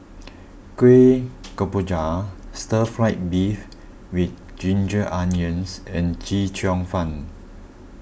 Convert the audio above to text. Kuih Kemboja Stir Fried Beef with Ginger Onions and Chee Cheong Fun